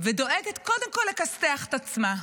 ודואגת קודם כול לכסתח את עצמה?